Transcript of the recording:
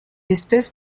espèce